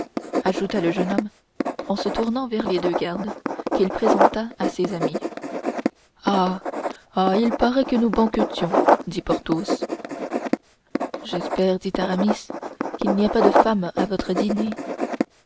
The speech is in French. ajouta le jeune homme en se tournant vers les deux gardes qu'il présenta à ses amis ah ah il paraît que nous banquetions dit porthos j'espère dit aramis qu'il n'y a pas de femmes à votre dîner